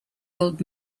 old